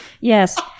Yes